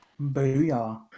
booyah